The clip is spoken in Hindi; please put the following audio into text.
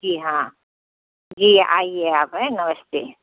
जी हाँ जी आईए आप हैं नमस्ते